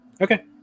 Okay